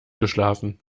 geschlafen